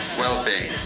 well-being